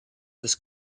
this